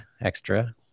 extra